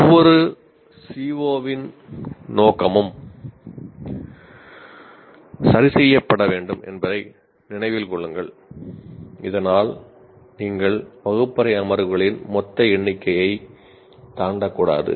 ஒவ்வொரு CO இன் நோக்கமும் சரிசெய்யப்பட வேண்டும் என்பதை நினைவில் கொள்ளுங்கள் இதனால் நீங்கள் வகுப்பறை அமர்வுகளின் மொத்த எண்ணிக்கையை தாண்டக்கூடாது